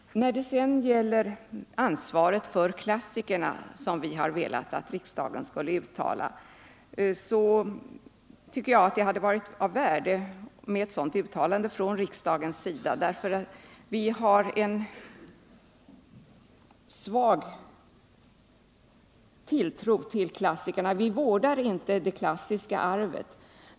Beträffande klassikerna tycker jag att det hade varit av värde om riksdagen hade gjort ett uttalande om ansvaret för dem. Vi vårdar inte det klassiska arvet.